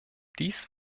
dies